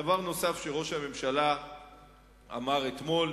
דבר נוסף שראש הממשלה אמר אתמול,